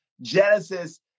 Genesis